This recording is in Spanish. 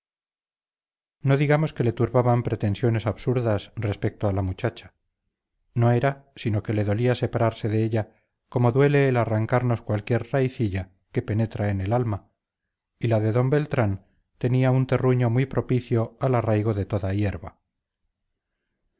no digamos que le turbaban pretensiones absurdas respecto a la muchacha no era sino que le dolía separarse de ella como duele el arrancarnos cualquiera raicilla que penetra en el alma y la de d beltrán tenía un terruño muy propicio al arraigo de toda hierba